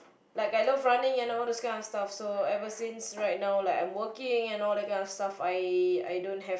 like I love running and all those kind of stuff so ever since right now like I'm working and all that kind of stuff